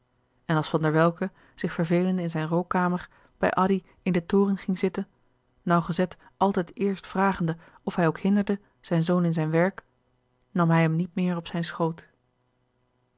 en als van der welcke zich vervelende in zijn rookkamer bij addy in de toren ging zitten nauwgezet altijd eerst vragende of hij ook hinderde zijn zoon in zijn werk nam hij hem niet meer op zijn schoot